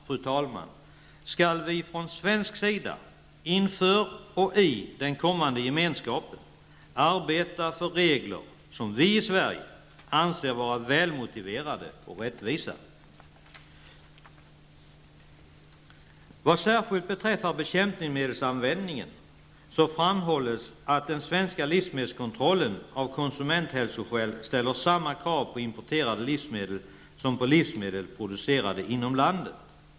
Självfallet skall vi från svensk sida inför och inom den kommande gemenskapen arbeta för regler som vi i Sverige anser vara välmotiverade och rättvisa. Vad särskilt beträffar bekämpningsmedelsanvändningen framhålls att den svenska livsmedelskontrollen av konsumenthälsoskäl ställer samma krav på importerade livsmedel som på livsmedel producerade inom landet.